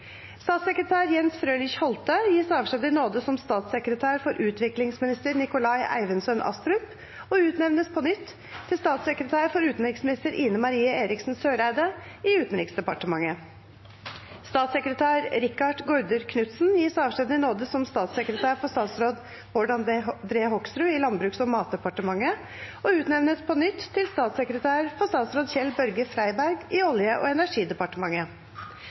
Statssekretær Jens Frølich Holte gis avskjed i nåde som statssekretær for utviklingsminister Nikolai Eivindssøn Astrup og utnevnes på nytt til statssekretær for utenriksminister Ine Marie Eriksen Søreide i Utenriksdepartementet. Statssekretær Rikard Gaarder Knutsen gis avskjed i nåde som statssekretær for statsråd Bård André Hoksrud i Landbruks- og matdepartementet og utnevnes på nytt til statssekretær for statsråd Kjell-Børge Freiberg i Olje- og energidepartementet.